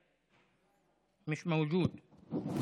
מיש מווג'וד,